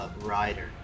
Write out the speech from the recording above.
rider